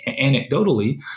anecdotally